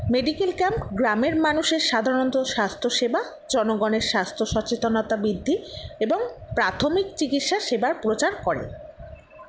medical camp গ্রামের মানুষের সাধারণত স্বাস্থ্য সেবা জনগণের স্বাস্থ্য সচেতনতা বৃদ্ধি এবং প্রাথমিক চিকিৎসার সেবার প্রচার করে